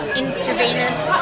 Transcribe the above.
intravenous